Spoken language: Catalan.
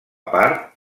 part